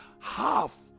half